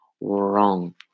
wrong